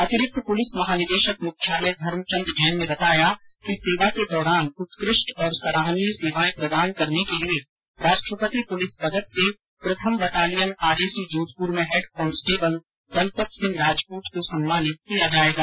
अतिरिक्त पुलिस महानिदेशक मुख्यालय धर्म चन्द जैन ने बताया कि सेवा के दौरान उत्कृष्ट और सराहनीय सेवाए प्रदान करने के लिए राष्ट्रपति पुलिस पदक से प्रथम बटालियन आरएसी जोधपुर में हैड कांस्टेबल दलपत सिंह राजपूत को सम्मानित किया जायेगा